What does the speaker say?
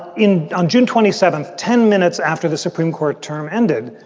in on june. twenty seventh, ten minutes after the supreme court term ended.